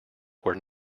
were